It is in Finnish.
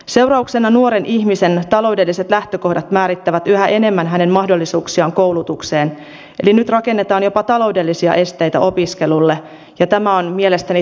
seurauksena nuoren ihmisen taloudelliset lähtökohdat määrittävät yhä enemmän hänen mahdollisuuksiaan koulutukseen eli nyt rakennetaan jopa taloudellisia esteitä opiskelulle ja tämä on mielestäni totaalisen väärä suunta